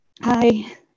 hi